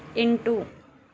ಎಂಟು